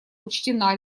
учтена